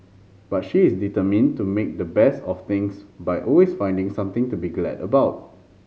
but she is determined to make the best of things by always finding something to be glad about